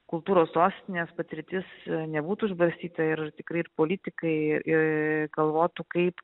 kultūros sostinės patirtis nebūtų išbarstyta ir tikrai ir politikai i galvotų kaip